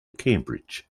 cambridge